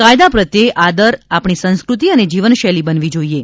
કાયદા પ્રત્યે આદર આપણી સંસ્કૃતિ અને જીવનશૈલી બનવી જોઇએ